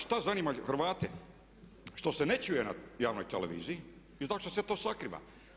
Šta zanima Hrvate što se ne čuje na javnoj televiziji i zašto se to sakriva.